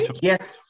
Yes